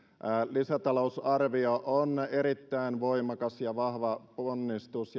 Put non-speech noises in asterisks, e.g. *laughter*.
lisätalousarvio on erittäin voimakas ja vahva ponnistus *unintelligible*